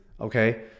okay